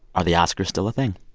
are the oscars still a thing?